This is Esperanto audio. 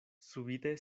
subite